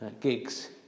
gigs